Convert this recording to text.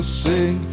sing